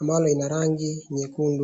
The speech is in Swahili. ambalo lina rangi nyekundu.